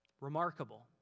Remarkable